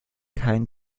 keinen